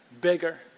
bigger